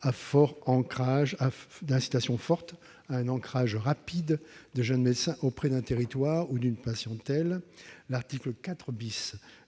constituant une incitation forte à l'ancrage rapide des jeunes médecins dans un territoire et auprès d'une patientèle. L'article 4